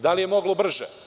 Da li je moglo brže?